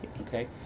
Okay